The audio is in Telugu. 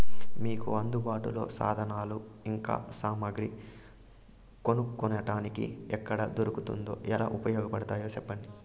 మీకు అందుబాటులో సాధనాలు ఇంకా సామగ్రి కొనుక్కోటానికి ఎక్కడ దొరుకుతుందో ఎలా ఉపయోగపడుతాయో సెప్పండి?